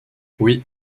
oui